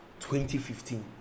2015